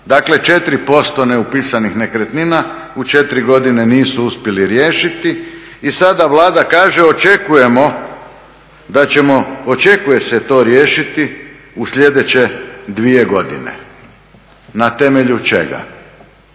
dakle 4% neupisanih nekretnina u četiri godine nisu uspjeli riješiti i sada Vlada kaže očekujemo da ćemo, očekuje se to riješiti u sljedeće dvije godine. Na temelju čega?